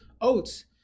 oats